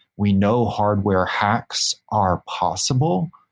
we know hardware hacks are possible.